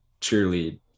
cheerlead